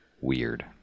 Weird